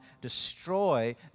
destroy